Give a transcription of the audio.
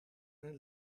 zijn